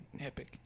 Epic